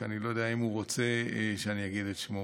כי אני לא יודע אם הוא רוצה שאני אגיד את שמו,